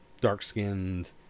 dark-skinned